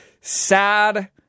sad